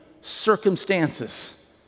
circumstances